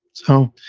so,